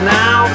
now